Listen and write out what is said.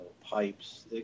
pipes